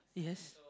yes